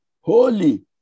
Holy